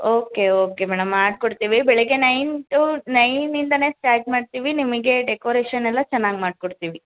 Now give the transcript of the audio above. okay okay madam ಮಾಡಿಕೊಡ್ತೀವಿ ಬೆಳಿಗ್ಗೆ nine to ನೈನಿಂದನೇ ಸ್ಟಾರ್ಟ್ ಮಾಡ್ತೀವಿ ನಿಮಗೆ ಡೆಕೊರೇಷನೆಲ್ಲ ಚೆನ್ನಾಗಿ ಮಾಡಿಕೊಡ್ತೀವಿ